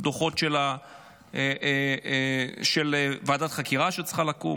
דוחות של ועדת חקירה שצריכה לקום,